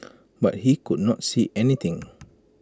but he could not see anything